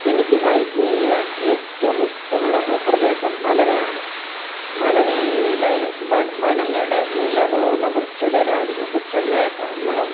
എനിക്ക് ഹൈക്ക് ചെയ്യുവാൻ ഏറ്റവും ഇഷ്ടമുള്ള ഭൂപ്രദേശം മലകളാണ് മലകളുടെ വനങ്ങളുടെ ഇടതൂർന്ന വൃക്ഷലലാദികൾ വൃക്ഷങ്ങളെ ളും